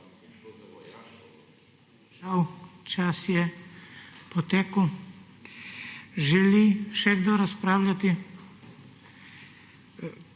čas je potekel. Želi še kdo razpravljati?